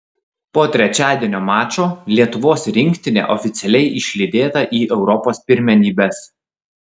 po trečiadienio mačo lietuvos rinktinė oficialiai išlydėta į europos pirmenybes